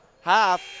half